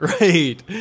Right